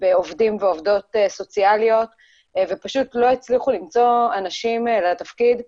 בעובדים ועובדות סוציאליות ופשוט לא הצליחו למצוא אנשים לתפקיד.